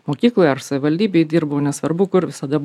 mokykloj ar savivaldybėj dirbau nesvarbu kur visada